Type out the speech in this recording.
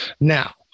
now